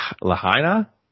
Lahaina